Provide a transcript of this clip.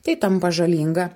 tai tampa žalinga